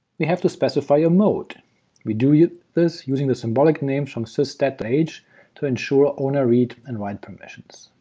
we have to specify a mode we do yeah this using the symbolic names from sys stat h to ensure owner read and write permissions.